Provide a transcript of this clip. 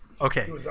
Okay